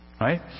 right